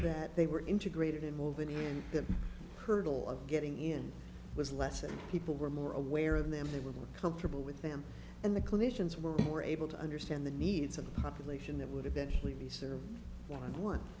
they were integrated in moving in that hurdle of getting in was less and people were more aware of them they were comfortable with them and the clinicians were more able to understand the needs of the population that would eventually serve one on